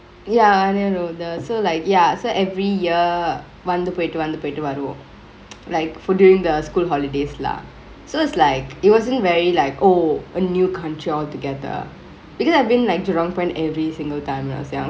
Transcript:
ya one year older so like ya so every year வந்து போய்ட்டு வந்து போய்ட்டு வருவோ:vanthu poitu vanthu poitu varuvo like for duringk the school holidays lah so it's like it wasn't very like oh a new country altogether because I've been like jurongk point every singkle time when I was youngk